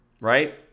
right